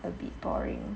a bit boring